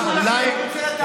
אני לא יודע להפסיד.